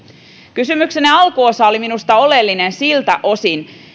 kysymyksenne alkuosa oli minusta oleellinen siltä osin